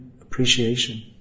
appreciation